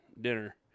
dinner